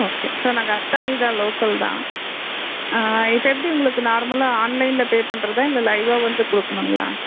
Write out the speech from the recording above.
okay so நாங்கள் அத்தானி தான் லோக்கல் தான் ஆ இப்போ எப்படி உங்களுக்கு நார்மலாக ஆன்லைனில் பே பண்றதாக இல்லை லைவாக வந்து கொடுக்கணுங்களா